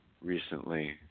recently